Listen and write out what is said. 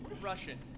Russian